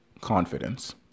confidence